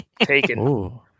taken